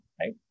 right